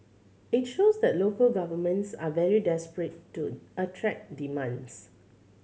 it shows that local governments are very desperate to attract demands